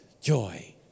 Joy